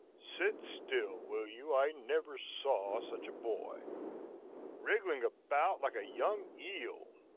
sit still, will you? i never saw such a boy wriggling about like a young eel.